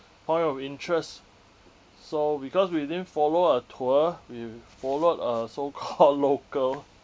point of interest so because we didn't follow a tour we followed a so called local